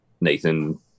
Nathan